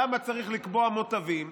למה צריך לקבוע מוטבים.